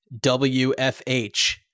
WFH